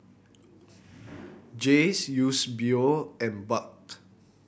Jayce Eusebio and Buck